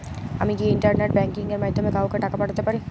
আমি কি internet banking এর মাধ্যমে কাওকে টাকা পাঠাতে পারি?